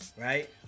Right